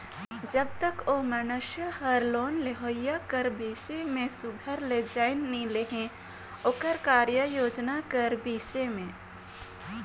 जब तक ओ मइनसे हर लोन लेहोइया कर बिसे में सुग्घर ले जाएन नी लेहे ओकर कारयोजना कर बिसे में